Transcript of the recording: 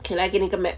K 来给你一个 map